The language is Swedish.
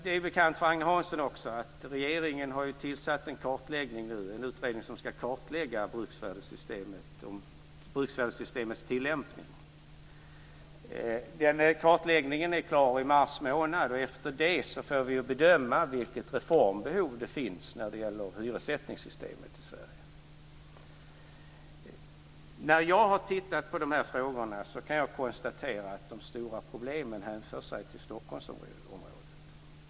Det är bekant för Agne Hansson att regeringen har tillsatt en utredning som ska kartlägga bruksvärdessystemet och dess tillämpning. Den kartläggningen är klar i mars månad, och efter det får vi bedöma vilket reformbehov som finns när det gäller hyressättningssystemet i När jag har tittat på de här frågorna kan jag konstatera att de stora problemen hänför sig till Stockholmsområdet.